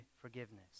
forgiveness